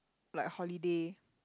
like holiday